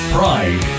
Pride